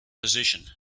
position